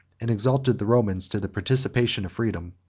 and exalted the romans to the participation of freedom.